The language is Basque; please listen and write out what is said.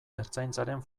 ertzaintzaren